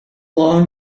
long